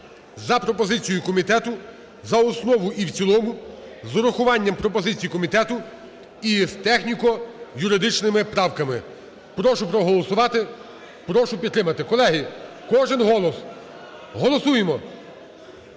за пропозицією комітету, за основу і в цілому з урахуванням пропозицій комітету і з техніко-юридичними правками. Прошу проголосувати. Прошу підтримати. Колеги, кожен голос! Голосуємо!